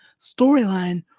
storyline